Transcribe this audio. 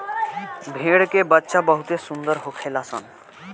भेड़ के बच्चा बहुते सुंदर होखेल सन